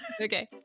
Okay